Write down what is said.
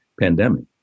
pandemic